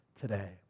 today